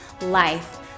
life